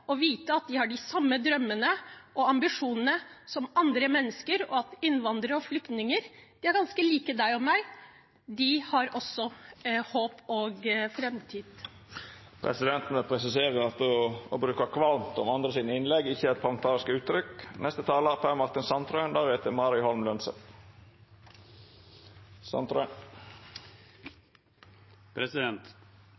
og vite at de har de samme drømmene og ambisjonene som andre mennesker, og at innvandrere og flyktninger er ganske like deg og meg – de har også håp og framtidsønsker. Presidenten vil presisera at å bruka ordet «kvalmt» om innlegga frå andre ikkje er eit parlamentarisk uttrykk.